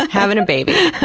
having a baby.